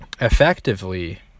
effectively